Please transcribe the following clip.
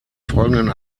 folgenden